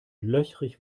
löchrig